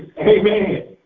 Amen